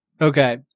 Okay